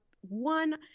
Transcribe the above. one